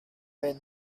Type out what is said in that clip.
when